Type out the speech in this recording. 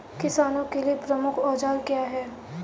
किसानों के लिए प्रमुख औजार क्या हैं?